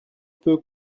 peu